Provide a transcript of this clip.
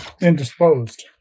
indisposed